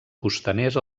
costaners